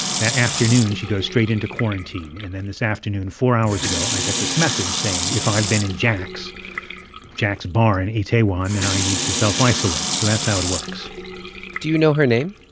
that afternoon, she goes straight into quarantine. and then this afternoon, four hours ago, i get this message saying if i've been in jack's jack's bar in itaewon, then i need to self-isolate. so that's how it works do you know her name?